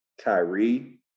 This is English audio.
Kyrie